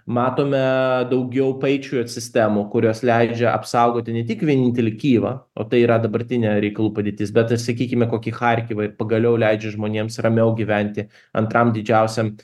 matome daugiau patriot sistemų kurios leidžia apsaugoti ne tik vienintelį kijevą o tai yra dabartinė reikalų padėtis bet ir sakykime kokį charkivą ir pagaliau leidžia žmonėms ramiau gyventi antram didžiausiam